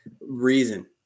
reason